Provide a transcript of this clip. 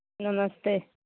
नमस्ते